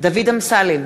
דוד אמסלם,